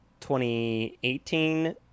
2018